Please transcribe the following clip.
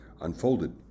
unfolded